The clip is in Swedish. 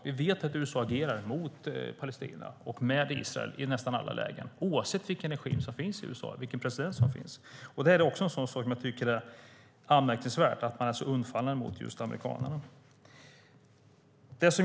Vi vet att USA agerar mot Palestina och för Israel i nästan alla lägen oavsett vilken regim och president som finns i USA. Jag tycker att det är anmärkningsvärt att man är så undfallande mot just amerikanerna.